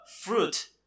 fruit